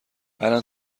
الان